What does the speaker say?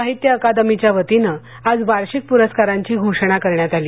साहित्य अकादमीच्या वतीनं आज वार्षिक पूरस्कारांची घोषणा करण्यात आली